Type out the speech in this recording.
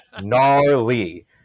gnarly